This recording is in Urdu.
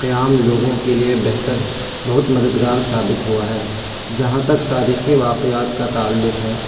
قیام لوگوں کے لیے بہتر بہت مددگار ثابت ہوا ہے جہاں تک تاریخی واقعات کا تعلق ہے